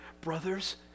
brothers